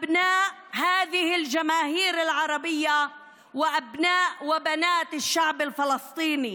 בני הקהילה הערבית הזאת ובני ובנות העם הפלסטיני.